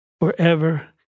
forever